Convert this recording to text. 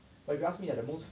but if you ask me at the most